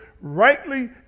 rightly